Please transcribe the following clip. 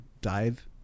dive